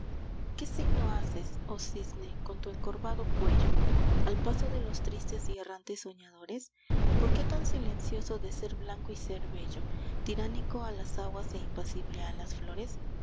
qué signo haces oh cisne con tu encorvado cuello al paso de los tristes y errantes soñadores por qué tan silencioso de ser blanco y ser bello tiránico a las aguas e impasible a las flores